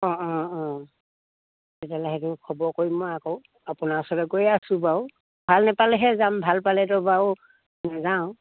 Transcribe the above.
অঁ অঁ অঁ তেতিয়াহ'লে সেইটো খবৰ কৰিম মই আকৌ আপোনাৰ ওচৰলে গৈ আছোঁ বাৰু ভাল নেপালেহে যাম ভাল পালেতো বাৰু নেযাওঁ